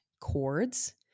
chords